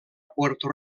puerto